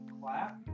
Clap